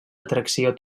atracció